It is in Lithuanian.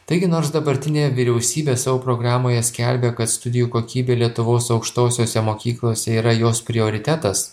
taigi nors dabartinė vyriausybė savo programoje skelbia kad studijų kokybė lietuvos aukštosiose mokyklose yra jos prioritetas